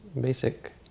basic